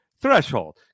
threshold